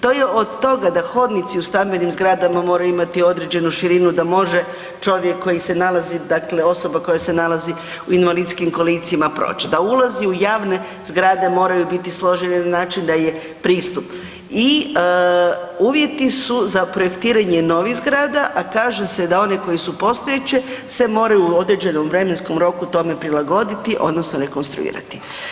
To je od toga da hodnici u stambenim zgrada moraju imati određenu širinu da može čovjek koji se nalazi, dakle osoba koja se nalazi u invalidskim kolicima proći, da ulazi u javne zgrade moraju biti složeni na način da je pristup i uvjeti su za projektiranje novih zgrada, a kaže se da oni koje su postojeće se moraju u određenom vremenskom roku tome prilagoditi odnosno rekonstruirati.